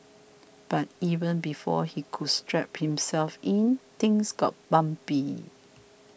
but even before he could strap himself in things got bumpy